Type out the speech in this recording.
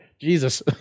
Jesus